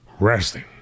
Resting